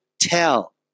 tell